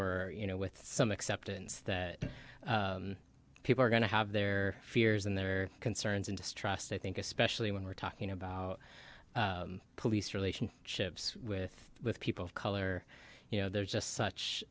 or you know with some acceptance that people are going to have their fears and their concerns and distrust i think especially when we're talking about police relation ships with people of color you know there's just such